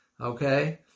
okay